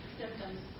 symptoms